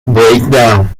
breakdown